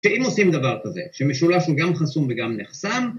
שאם עושים דבר כזה, שמשולש הוא גם חסום וגם נחסם